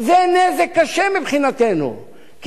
כי אני מאמין שבסופו של דבר נמצא פתרון,